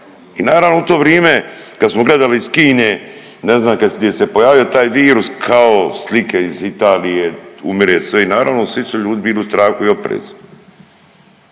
I naravno u to vrime kad smo gledali iz Kine ne znam kad je se pojavio taj virus kao slike iz Italije umire sve i naravno svi su ljudi bili u strahu i oprezu,